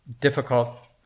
difficult